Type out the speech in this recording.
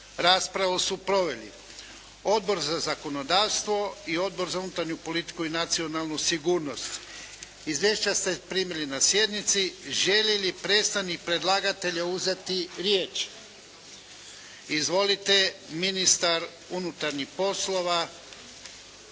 Raspravu su proveli Odbor za zakonodavstvo i Odbor za unutarnju politiku i nacionalnu sigurnost. Izvješća ste primili na sjednici. Želi li predstavnik predlagatelja uzeti riječ? Izvolite! Ministar unutarnjih poslova